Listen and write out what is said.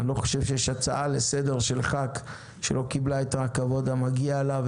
אני לא חושב שיש הצעה לסדר של ח"כ שלא קיבלה את הכבוד המגיע לה.